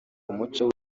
umuco